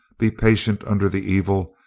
be patient under the evil,